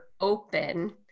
open